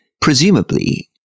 presumably